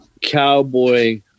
Cowboy